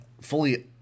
fully